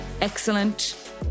Excellent